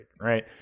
right